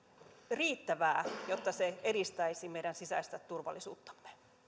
riittävää jotta se edistäisi meidän sisäistä turvallisuuttamme